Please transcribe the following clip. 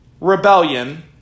Rebellion